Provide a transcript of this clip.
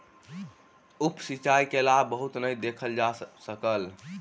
उप सिचाई के लाभ बहुत नै देखल जा सकल